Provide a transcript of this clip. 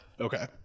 Okay